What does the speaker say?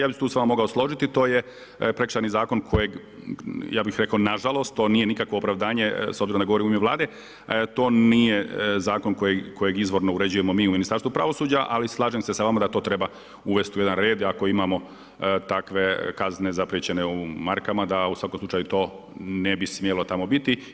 Ja bi se tu s vama mogao složiti, to je prekršajni zakon kojeg ja bih rekao, nažalost, to nije nikakvo opravdanje, s obzirom da govorim u ime Vlade to nije zakon kojeg izvorno uređujemo mi u Ministarstvu pravosuđa, ali slažem se s vama da to treba uvesti u jedan red i ako imamo takve kazne zapriječene u markama, da u svakom slučaju to ne bi smijalo tamo biti.